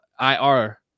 IR